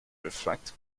reflect